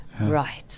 Right